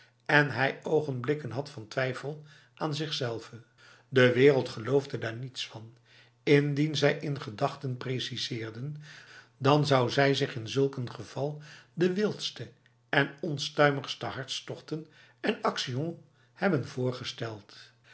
en hij ogenblikken had van twijfel aan zichzelve de wereld geloofde daar niets van indien zij in gedachte preciseerde dan zou zij zich in zulk een geval de wildste en onstuimigste hartstochten en action hebben voorgesteld